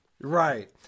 right